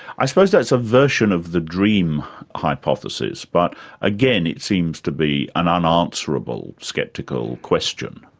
i suppose that's a version of the dream hypothesis, but again, it seems to be an unanswerable sceptical question.